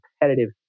competitive